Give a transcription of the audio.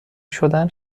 شدن